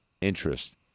interest